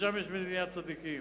ושם יש מדינת צדיקים.